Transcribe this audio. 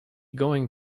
going